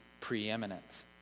preeminent